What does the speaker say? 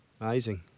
Amazing